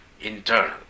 internal